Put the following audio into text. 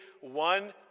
one